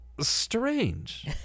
strange